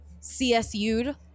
CSU'd